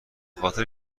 خاطر